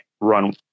run